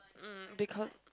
mm because